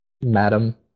madam